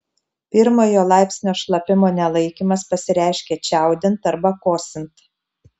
pirmojo laipsnio šlapimo nelaikymas pasireiškia čiaudint arba kosint